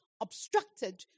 obstructed